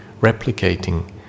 replicating